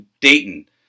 Dayton